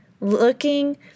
looking